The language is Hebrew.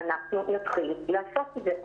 נתחיל לעשות את זה.